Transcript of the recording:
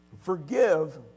Forgive